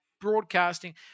broadcasting